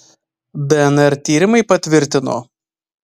dnr tyrimai patvirtino